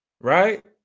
right